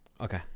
Okay